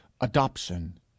Adoption